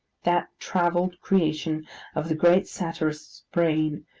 that travelled creation of the great satirist's brain,